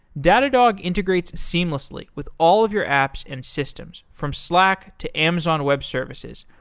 datadog integrates seamlessly with all of your apps and systems from slack, to amazon web services,